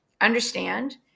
understand